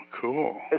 cool